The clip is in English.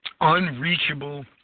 unreachable